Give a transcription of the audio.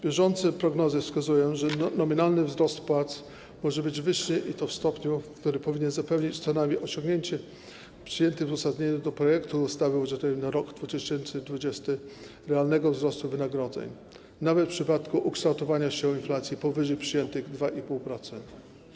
Bieżące prognozy wskazują, że nominalny wzrost płac może być wyższy, i to w stopniu, który powinien zapewnić co najmniej osiągnięcie przyjętego w uzasadnieniu projektu ustawy budżetowej na rok 2020 realnego wzrostu wynagrodzeń, nawet w przypadku ukształtowania się inflacji powyżej przyjętych 2,5%.